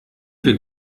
wir